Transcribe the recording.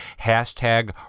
hashtag